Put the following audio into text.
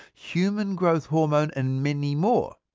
human growth hormone, and many more.